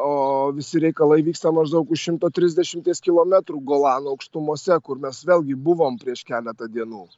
o visi reikalai vyksta maždaug už šimto trisdešimties kilometrų golano aukštumose kur mes vėlgi buvom prieš keletą dienų